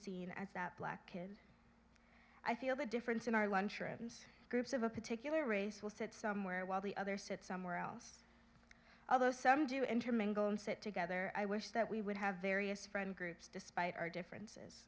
seen as that black kid i feel the difference in our lunchrooms groups of a particular race will sit somewhere while the other sit somewhere else other some do intermingle and sit together i wish that we would have various friends groups despite our differences